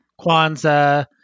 Kwanzaa